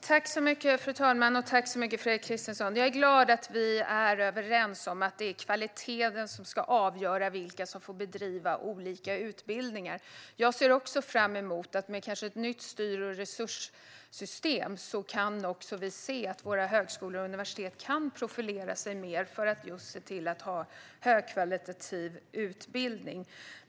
Fru talman! Jag tackar Fredrik Christensson för detta. Jag är glad över att vi är överens om att det är kvaliteten som ska avgöra vilka som får bedriva olika utbildningar. Med ett nytt styr och resurssystem ser jag fram emot att vi ska kunna se att våra högskolor och universitet kan profilera sig mer för att se till att ha högkvalitativ utbildning.